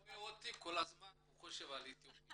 רואה אותי כל הזמן הוא חושב על אתיופים.